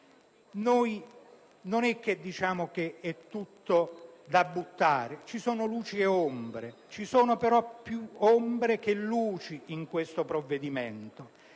Non diciamo che è tutto da buttare. Ci sono luci ed ombre, ma ci sono più ombre che luci in questo provvedimento,